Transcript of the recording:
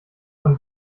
von